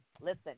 Listen